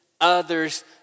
others